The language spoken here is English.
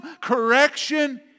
correction